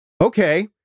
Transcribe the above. okay